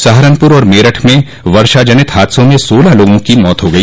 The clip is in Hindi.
सहारनपुर और मेरठ में वर्षाजनित हादसों में सोलह लोगों की मौत हो गई